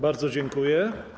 Bardzo dziękuję.